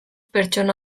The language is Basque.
pertsona